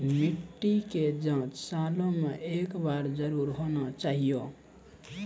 मिट्टी के जाँच सालों मे एक बार जरूर होना चाहियो?